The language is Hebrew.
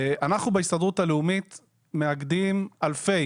אנחנו בהסתדרות הלאומית מאגדים אלפי